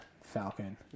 Falcon